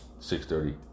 6.30